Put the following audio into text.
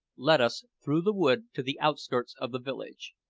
led us through the wood to the outskirts of the village.